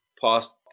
past